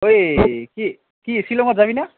ঐ কি কি শ্বিলঙত যাবি না